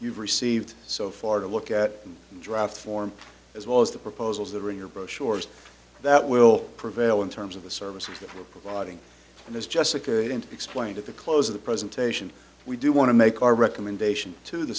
you've received so far to look at the draft form as well as the proposals that are in your brochures that will prevail in terms of the services that we're providing and as jessica and explained at the close of the presentation we do want to make our recommendation to the